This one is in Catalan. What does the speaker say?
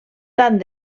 tant